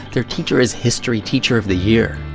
their teacher is history teacher of the year.